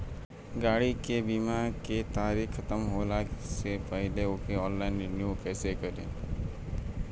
गाड़ी के बीमा के तारीक ख़तम होला के पहिले ओके ऑनलाइन रिन्यू कईसे करेम?